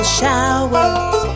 showers